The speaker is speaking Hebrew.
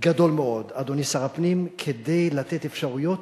גדול מאוד, אדוני שר הפנים, כדי לתת אפשרויות